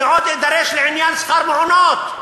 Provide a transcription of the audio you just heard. אני עוד אדרש לעניין שכר המעונות.